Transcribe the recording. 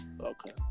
Okay